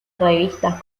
revistas